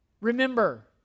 Remember